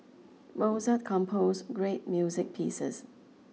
Mozart composed great music pieces